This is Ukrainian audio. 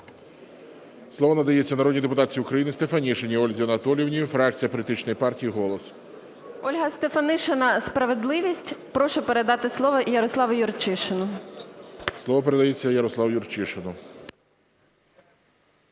Слово передається Ярославу Юрчишину.